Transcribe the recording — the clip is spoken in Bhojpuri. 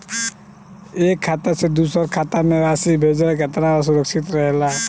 एक खाता से दूसर खाता में राशि भेजल केतना सुरक्षित रहेला?